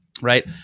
Right